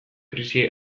krisi